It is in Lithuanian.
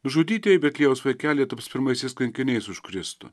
žudytieji betliejaus vaikeliai taps pirmaisiais kankiniais už kristų